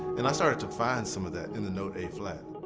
and i started to find some of that in the note a-flat.